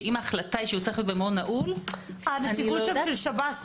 שאם ההחלטה שצריך להיות במעון נעול- -- נציגות שב"ס,